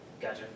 Gotcha